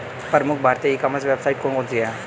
प्रमुख भारतीय e commerce website कौन कौन सी हैं?